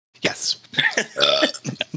Yes